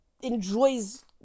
enjoys